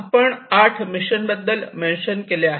आपण आठ मिशन बद्दल मेंशन केले आहे